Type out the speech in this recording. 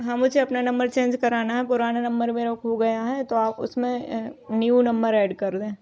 हाँ मुझे अपना नम्बर चेंज कराना है पुराना नंबर मेरा खो गया है तो आप उसमें न्यू नम्बर ऐड कर लें